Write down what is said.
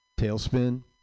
tailspin